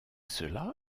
cela